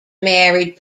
married